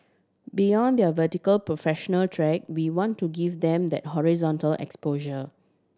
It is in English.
beyond their vertical professional track we want to give them that horizontal exposure